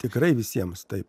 tikrai visiems taip